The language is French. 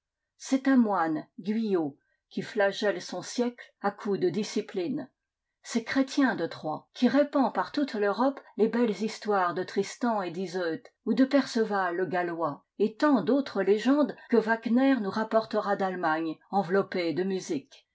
c'est un moine guyot qui flagelle son siècle à coups de discipline c'est chrétien de troyes qui répand par toute l'europe les belles histoires de tristan et d'yseult ou de perceval le gallois et tant d'autres légendes que wagner nous rapportera d'allemagne enveloppées de musique